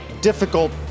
difficult